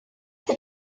the